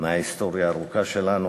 מההיסטוריה הארוכה שלנו,